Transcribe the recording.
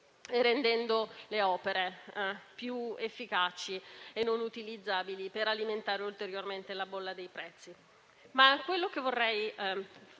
rendendo le opere più efficaci e non utilizzabili per alimentare ulteriormente la bolla dei prezzi.